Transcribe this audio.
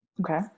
Okay